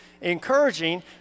encouraging